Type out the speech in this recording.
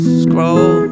scroll